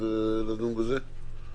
לא יחול על מקבל שירות שהוא,